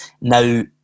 now